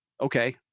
okay